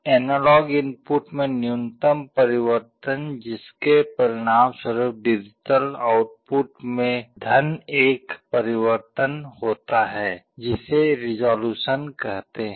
analogue input में न्यूनतम परिवर्तन जिसके परिणामस्वरूप डिजिटल आउटपुट में 1 परिवर्तन होता है जिसे रिसोल्यूशन कहते हैं